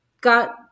got